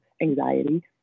anxiety